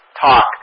talk